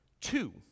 Two